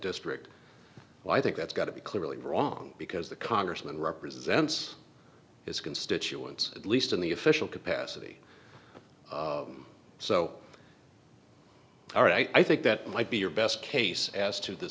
district i think that's got to be clearly wrong because the congressman represents his constituents at least in the official capacity so already i think that might be your best case as to the